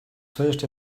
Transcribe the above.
first